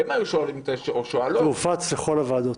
הם היו שואלים -- זה הופץ לכל הוועדות.